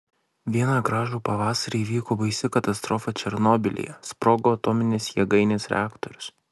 vieną gražų pavasarį įvyko baisi katastrofa černobylyje sprogo atominės jėgainės reaktorius